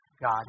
god